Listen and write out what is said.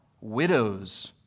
widows